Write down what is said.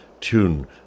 tune